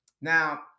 now